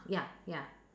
ya ya